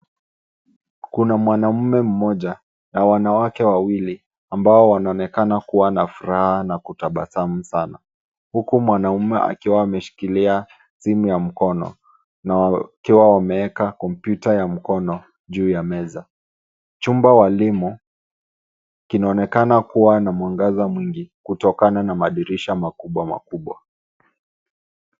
Kuna mwanamume mmoja na wanawake wawili ambao wanaonekana kuwa na furaha na kutabasamu sana huku mwanaume akiwa ameshikilia simu ya mkono na wakiwa wameweka Kompyuta ya mkono juu ya meza. Chumba walimu kinaonekana kuwa na mwangaza mwingi kutokana na madirisha makubwa makubwa.